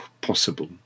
possible